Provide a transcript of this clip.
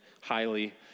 highly